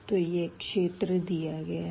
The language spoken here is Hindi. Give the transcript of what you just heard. तो यह क्षेत्र दिया गया है